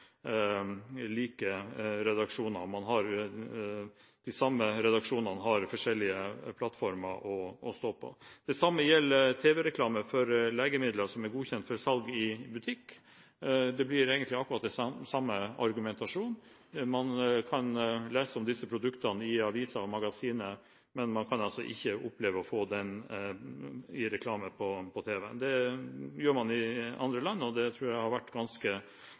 like redaksjoner, og at de samme redaksjonene har forskjellige plattformer å stå på. Det samme gjelder tv-reklame for legemidler som er godkjent for salg i butikk. Det blir egentlig akkurat den samme argumentasjonen. Man kan lese om disse produktene i aviser og magasiner, men man kan altså ikke se dem i reklame på tv. Det gjør man i andre land, og det tror jeg har vært ganske